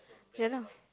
ya lah